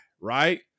right